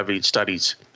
studies